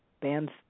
bands